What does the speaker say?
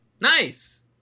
Nice